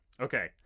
Okay